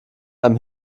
einem